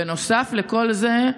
נוסף לכל זה,